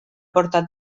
portat